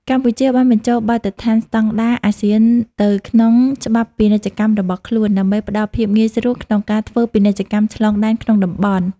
កម្ពុជាបានបញ្ចូលបទដ្ឋានស្ដង់ដារអាស៊ានទៅក្នុងច្បាប់ពាណិជ្ជកម្មរបស់ខ្លួន ដើម្បីផ្ដល់ភាពងាយស្រួលក្នុងការធ្វើពាណិជ្ជកម្មឆ្លងដែនក្នុងតំបន់។